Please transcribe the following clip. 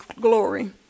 glory